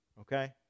Okay